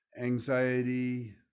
anxiety